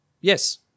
Yes